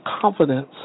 confidence